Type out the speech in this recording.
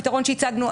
הפתרון שהצגנו,